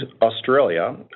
Australia